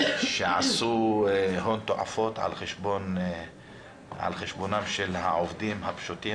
שעשו הון תועפות על חשבונם של העובדים הפשוטים,